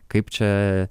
kaip čia